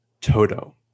Toto